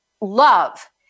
love